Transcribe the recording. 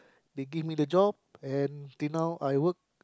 they give me the job and till now I work